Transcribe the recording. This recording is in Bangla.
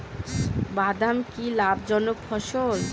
বাদাম কি লাভ জনক ফসল?